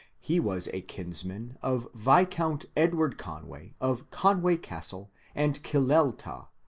he was a kinsman of viscount edward conway of conway castle and killeltah,